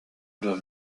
doivent